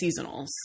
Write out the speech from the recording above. seasonals